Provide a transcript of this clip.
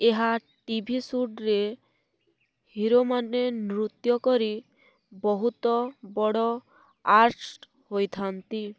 ଏହା ଟିଭି ସୁଟ୍ରେ ହିରୋମାନେ ନୃତ୍ୟ କରି ବହୁତ ବଡ଼ ଆର୍ଟିଷ୍ଟ୍ ହୋଇଥାନ୍ତି